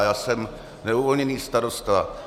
Já jsem neuvolněný starosta.